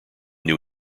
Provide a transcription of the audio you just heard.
new